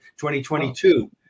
2022